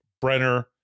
brenner